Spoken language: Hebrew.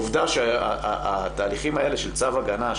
העובדה שהתהליכים האלה של צו הגנה,